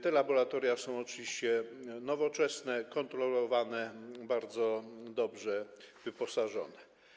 Te laboratoria są oczywiście nowoczesne, kontrolowane i bardzo dobrze wyposażone.